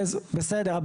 בסדר.